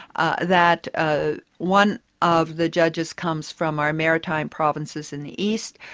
ah that ah one of the judges comes from our maritime provinces in the east,